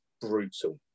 brutal